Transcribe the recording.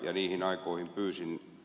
niihin aikoihin pyysin ed